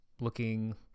looking